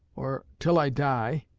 or till i die,